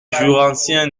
jurassien